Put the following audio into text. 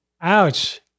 Ouch